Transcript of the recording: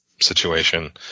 situation